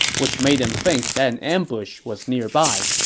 which made them think an ambush was nearby.